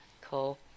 Cool